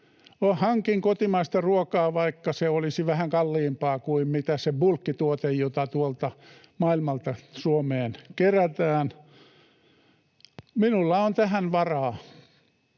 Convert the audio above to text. Hankin kotimaista ruokaa, vaikka se olisi vähän kalliimpaa kuin bulkkituote, jota tuolta maailmalta Suomeen kerätään — minulla on tähän varaa.